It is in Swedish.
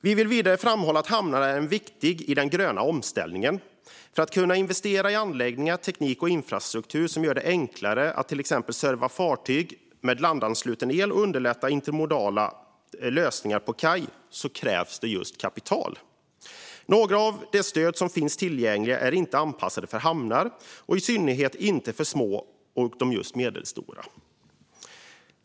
Vi vill vidare framhålla att hamnarna är viktiga i den gröna omställningen. För att kunna investera i anläggningar, teknik och infrastruktur som gör det enklare att till exempel serva fartyg med landansluten el och underlätta intermodala lösningar på kaj krävs kapital. Några av de stöd som finns tillgängliga är inte anpassade för hamnar, i synnerhet inte för de små och medelstora.